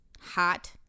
Hot